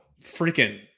freaking